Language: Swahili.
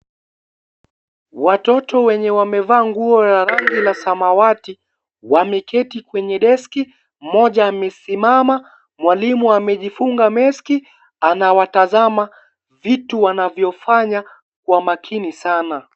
Watoto wenye wamevaa nguo ya rangi ya samawati, wameketi kwenye deski, mmoja amesimama, mwalimu amejifunga(cs)meski(cs),anawatazama vitu wanavyofanya kwa makini sana.